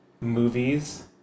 movies